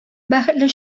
бәхетле